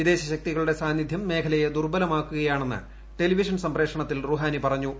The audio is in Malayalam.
വിദേശ ശക്തികളുടെ സാന്നിധ്യം മേഖലയെ ദുർബലമാക്കുകയാണെന്ന് ടെലിവിഷൻ സംപ്രേഷണത്തിൽ റുഹാനി പറഞ്ഞു